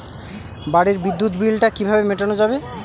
বাড়ির বিদ্যুৎ বিল টা কিভাবে মেটানো যাবে?